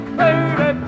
Baby